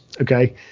Okay